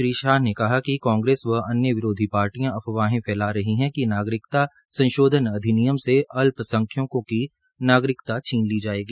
श्री शाह ने कहा कि कांग्रेस और अन्य विरोधी पार्टियां अफवाहें फैला रही है कि नागरिकता संशोधन अनिधियम से अल्पसंख्यकों की नागरिकता छीन ली जायेगी